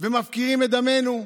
ומפקירים את דמנו.